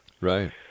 Right